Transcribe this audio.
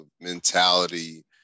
mentality